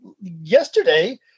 yesterday